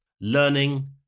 Learning